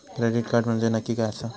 Credit card म्हंजे नक्की काय आसा?